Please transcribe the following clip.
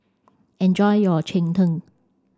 enjoy your Cheng Tng